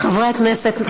חברי הכנסת,